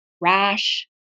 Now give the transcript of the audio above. rash